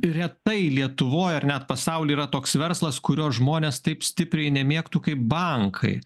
retai lietuvoj ar net pasauly yra toks verslas kurio žmonės taip stipriai nemėgtų kaip bankai